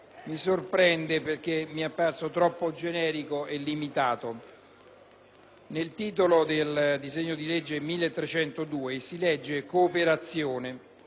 mi sorprende, perché mi è parso troppo generico e limitato. Nel titolo del disegno di legge n. 1302 si leggono le parole